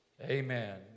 Amen